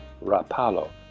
Rapallo